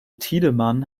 tiedemann